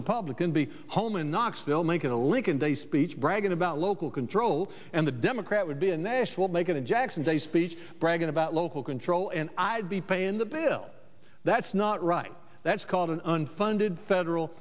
republican be home in knoxville make it a lincoln day speech bragging about local control and the democrat would be a national make a jackson day speech bragging about local control and i'd be paying the bill that's not right that's called an unfunded federal